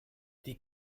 die